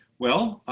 well,